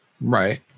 Right